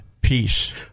peace